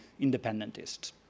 independentists